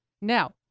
Now